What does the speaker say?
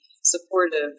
supportive